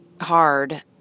hard